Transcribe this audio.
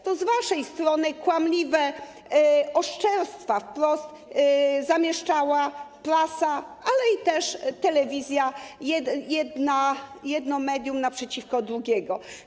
To z waszej strony kłamliwe oszczerstwa wprost zamieszczała prasa, ale też telewizja, jedno medium naprzeciwko drugiego.